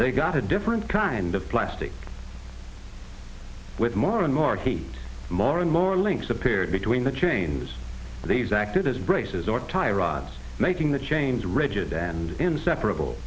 they got a different kind of plastic with more and more heat more and more links appeared between the chains these acted as braces or tie rods making the chains rigid and inseparable